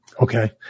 okay